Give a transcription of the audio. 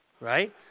Right